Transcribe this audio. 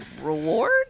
reward